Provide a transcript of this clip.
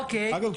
אגב,